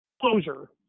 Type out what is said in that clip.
Closure